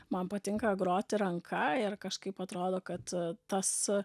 man patinka groti ranka ir kažkaip atrodo kad tas